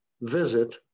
visit